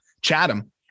Chatham